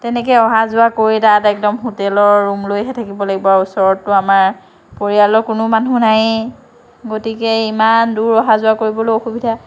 তেনেকে অহা যোৱা কৰি তাত একদম হোটেলৰ ৰুম লৈহে থাকিব লাগিব আৰু ওচৰতটো আমাৰ পৰিয়ালৰ কোনো মানুহ নায়েই গতিকে ইমান দূৰ অহা যোৱা কৰিবলৈ অসুবিধা